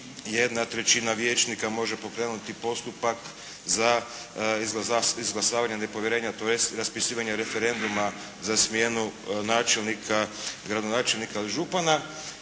da 1/3 vijećnika može pokrenuti postupak za izglasavanje nepovjerenja tj. raspisivanje referenduma za smjenu načelnika, gradonačelnika ili župana,